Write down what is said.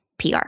PR